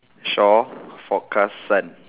shore forecast sand